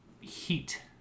heat